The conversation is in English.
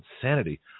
insanity